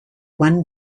one